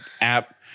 app